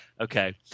Okay